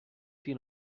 tia